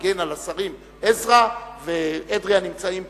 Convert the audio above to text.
הגן על השרים עזרא ואדרי הנמצאים פה,